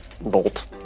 bolt